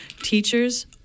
Teachers